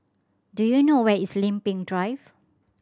do you know where is Lempeng Drive